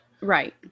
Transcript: Right